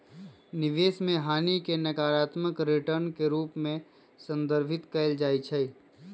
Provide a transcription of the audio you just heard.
निवेश में हानि के नकारात्मक रिटर्न के रूप में संदर्भित कएल जाइ छइ